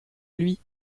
lui